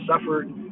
suffered